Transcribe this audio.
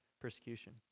persecution